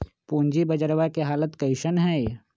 पूंजी बजरवा के हालत कैसन है?